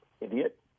idiot